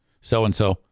so-and-so